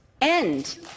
end